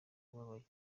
ubabaye